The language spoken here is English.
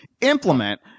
implement